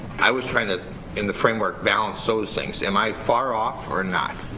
i was trying to in the framework balance those things am i far off or not